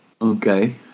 Okay